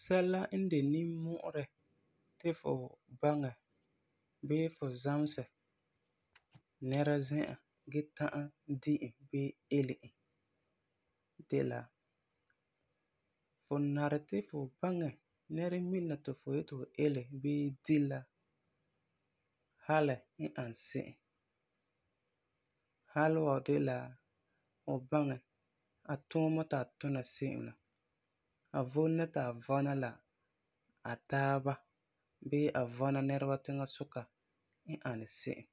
Sɛla n de nimmu'urɛ ti fu baŋɛ bii fu zamesɛ nɛra zi'an gee ta'am di e bii ele e de la, fu nari ti fu baŋɛ nɛremina ti fu yeti fu ele bii di la halɛ n ani se'em. Halɛ wa de la fu baŋɛ a tuuma ti a tuna se'em la, a vom la ti a vɔna la a taaba bii a vɔna nɛreba tiŋasuka n ani se'em.